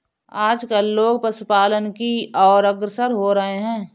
आजकल लोग पशुपालन की और अग्रसर हो रहे हैं